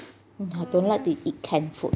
I don't like to eat canned food